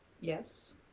Yes